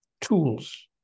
tools